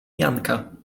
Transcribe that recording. janka